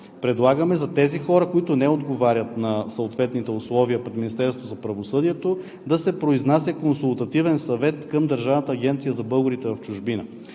нещо: за тези хора, които не отговарят на съответните условия пред Министерството на правосъдието, да се произнася Консултативен съвет към Държавната агенция за българите в чужбина.